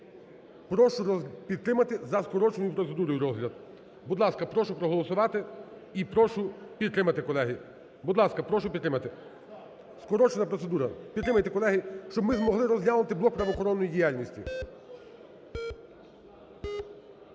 Прошу підтримати за скороченою процедурою розгляд. Будь ласка, прошу проголосувати. І прошу підтримати, колеги. Будь ласка, прошу підтримати. Скорочена процедура. Підтримайте, колеги, щоб ми змогли розглянути блок правоохоронної діяльності.